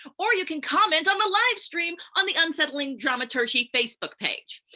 or you can comment on the livestream on the unsettling dramaturgy facebook page.